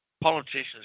Politicians